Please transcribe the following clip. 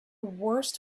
worst